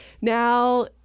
Now